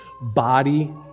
body